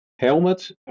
helmet